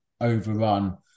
overrun